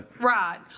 Right